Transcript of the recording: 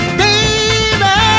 baby